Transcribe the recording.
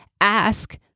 ask